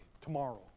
tomorrow